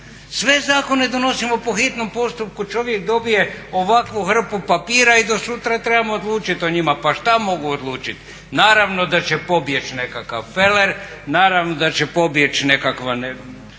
Sve zakone donosimo po hitnom postupku. Čovjek dobije ovakvu hrpu papira i do sutra trebamo odlučiti o njima. Pa šta mogu odlučiti. Naravno da će pobjeći nekakav feler, naravno da će pobjeći nekakva